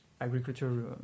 agriculture